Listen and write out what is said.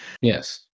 Yes